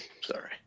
Sorry